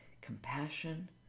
Compassion